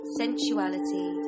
sensuality